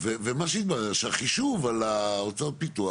ומה שהתברר שהחישוב על הוצאות הפיתוח,